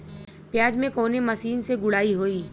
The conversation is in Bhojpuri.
प्याज में कवने मशीन से गुड़ाई होई?